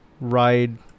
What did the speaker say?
ride